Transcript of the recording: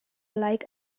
like